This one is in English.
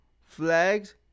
flags